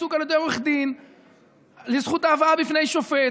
הייצוג על ידי עורך דין ולזכות ההבאה בפני שופט.